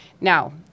Now